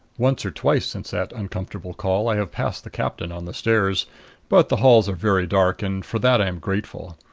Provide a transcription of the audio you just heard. once or twice since that uncomfortable call i have passed the captain on the stairs but the halls are very dark, and for that i am grateful.